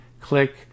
click